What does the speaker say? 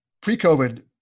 pre-COVID